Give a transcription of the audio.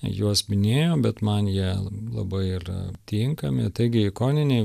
juos minėjo bet man jie labai yra tinkami taigi ikoniniai